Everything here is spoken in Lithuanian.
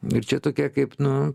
ir čia tokia kaip nu